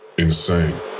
Insane